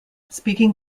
speaking